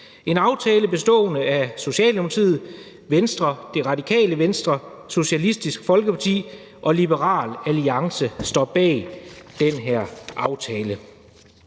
i Folketinget. Socialdemokratiet, Venstre, Det Radikale Venstre, Socialistisk Folkeparti og Liberal Alliance står bag den her aftale.